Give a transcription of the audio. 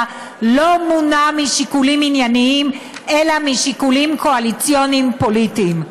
לא מונע משיקולים ענייניים אלא משיקולים קואליציוניים-פוליטיים.